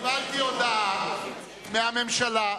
קיבלתי הודעה מהממשלה,